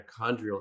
mitochondrial